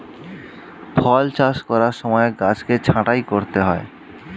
ফল চাষ করার সময় গাছকে ছাঁটাই করতে হয়